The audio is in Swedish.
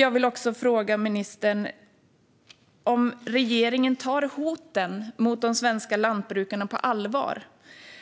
Jag vill också fråga ministern om regeringen tar hoten mot de svenska lantbrukarna på allvar